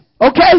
okay